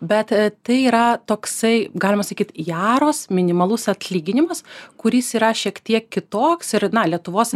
bet tai yra toksai galima sakyt jaros minimalus atlyginimas kuris yra šiek tiek kitoks ir na lietuvos